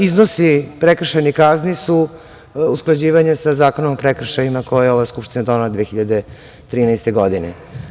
Iznos prekršajnih kazni su usklađivanje sa Zakonom o prekršajima koji je ova Skupština donela 2013. godine.